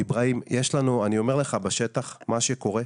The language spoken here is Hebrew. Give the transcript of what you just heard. איברהים, יש לנו, אני אומר לך בשטח מה שקורה.